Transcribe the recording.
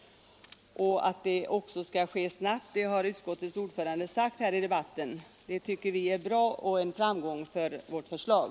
Att det också skall ske snabbt har utskottets ordförande sagt här i debatten. Det tycker vi är bra och en framgång för vårt förslag.